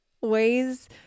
ways